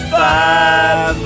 five